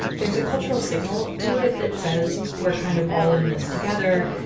there's a cultural signal to it that says, we're kind of all in this together.